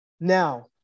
Now